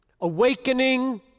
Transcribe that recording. Awakening